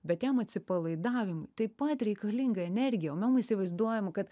bet jam atsipalaidavimui taip pat reikalinga energija o mem įsivaizduojam kad